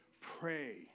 pray